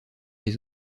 les